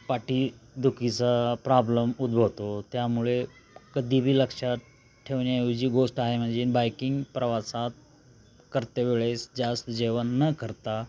पाठीदुखीचा problem उद्भवतो त्यामुळे कधीबी लक्षात ठेवण्याऐवजी गोष्ट आहे म्हणजे बाईकिंग प्रवासात करतेवेळेस जास्त जेवण न करता